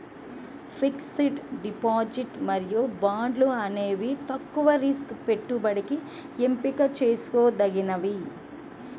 fixed deposit మరియు బాండ్లు అనేవి తక్కువ రిస్క్ పెట్టుబడికి ఎంపిక చేసుకోదగినవి